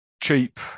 cheap